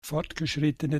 fortgeschrittene